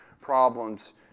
problems